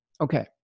Okay